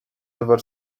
river